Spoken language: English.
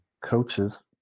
Coaches